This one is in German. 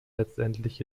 letztendlich